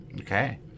Okay